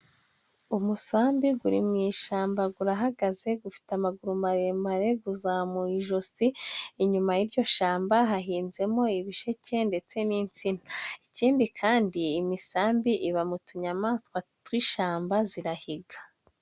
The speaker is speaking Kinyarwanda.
Umusambi guri mu ishamba gurahagaze, gufite amaguru maremare, guzamuye ijosi, inyuma y'iryo shamba hahinzemo ibisheke ndetse n'insina. Ikindi kandi imisambi iba mu tuyamaswa tw'ishamba zirahiga.